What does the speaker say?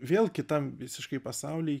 vėl kitam visiškai pasauly